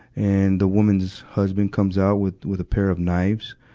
and the woman's husband comes out with, with a pair of knives,